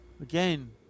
Again